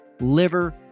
liver